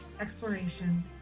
exploration